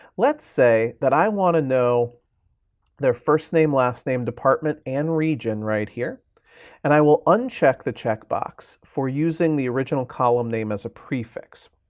let's say that i wanna know their first name, last name, department and region right here and i will uncheck the checkbox for using the original column name as a prefix.